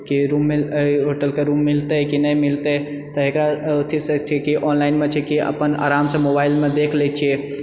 कि रूममे होटलके रूम मिलतै कि नहि मिलतै तऽ एकरा अथीसँ छै कि ऑनलाइनमे छै कि अपन आरामसँ मोबाइलमे देखि लए छिऐ